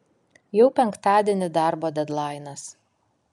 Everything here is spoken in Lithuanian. jau penktadienį darbo dedlainas